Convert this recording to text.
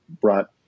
brought